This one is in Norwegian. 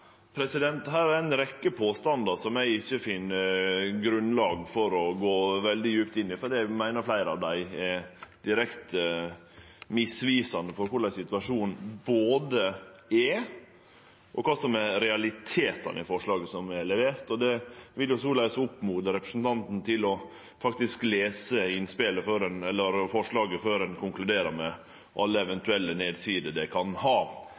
er det ikke grunnlag for enerett. Her er ei rekkje påstandar som eg ikkje finn grunnlag for å gå veldig djupt inn i, for eg meiner fleire av dei er direkte misvisande både for korleis situasjonen er, og for kva realitetane er i forslaget som er levert. Eg vil såleis oppmode representanten til å lese forslaget før ein konkluderer med alle eventuelle nedsider det kan ha.